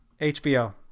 HBO